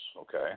Okay